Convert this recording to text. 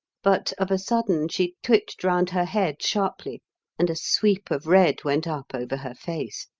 but of a sudden she twitched round her head sharply and a sweep of red went up over her face.